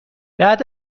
بعد